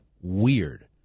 weird